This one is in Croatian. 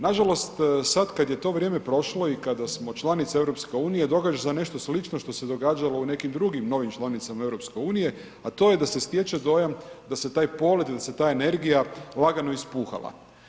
Nažalost sada kada je to vrijeme prošlo i kada smo članica EU događa se nešto slično što se događalo u nekim drugim novim članicama EU a to je da se stječe dojam da se taj polet, da se ta energija lagano ispuhala.